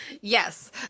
Yes